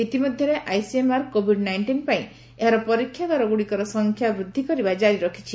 ଇତିମଧ୍ୟରେ ICMR Covid nineteen ପାଇଁ ଏହାର ପରୀକ୍ଷାଗାରଗୁଡ଼ିକର ସଂଖ୍ୟା ବୃଦ୍ଧି କରିବା ଜାରି ରଖିଛି